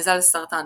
מזל סרטן,